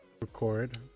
record